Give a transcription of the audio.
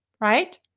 right